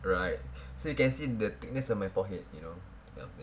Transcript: right so you can see the thickness of my forehead you know that kind of thing